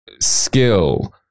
skill